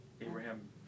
Abraham